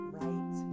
right